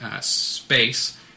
space